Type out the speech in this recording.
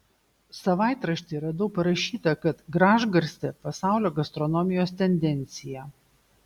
savaitrašty radau parašyta kad gražgarstė pasaulio gastronomijos tendencija